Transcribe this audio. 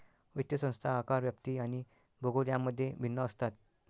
वित्तीय संस्था आकार, व्याप्ती आणि भूगोल यांमध्ये भिन्न असतात